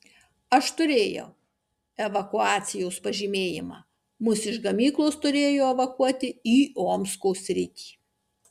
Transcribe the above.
aš turėjau evakuacijos pažymėjimą mus iš gamyklos turėjo evakuoti į omsko sritį